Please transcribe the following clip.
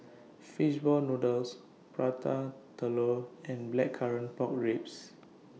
Fish Ball Noodles Prata Telur and Blackcurrant Pork Ribs